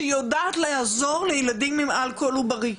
שיודעת לעזור לילדים עם אלכוהול עוברי,